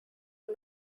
the